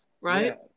right